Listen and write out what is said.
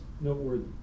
noteworthy